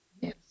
Yes